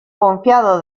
confiado